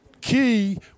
key